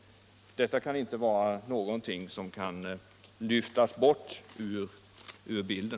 Detta kan inte lyftas ut ur bilden.